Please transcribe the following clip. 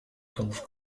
golf